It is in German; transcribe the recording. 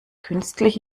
künstlich